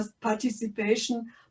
participation